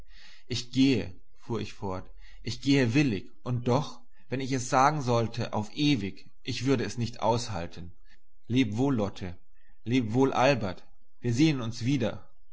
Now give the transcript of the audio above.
ich gehe fuhr ich fort ich gehe willig und doch wenn ich sagen sollte auf ewig ich würde es nicht aushalten leb wohl lotte leb wohl albert wir sehn uns wieder